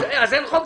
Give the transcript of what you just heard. אין חוק.